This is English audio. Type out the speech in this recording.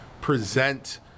present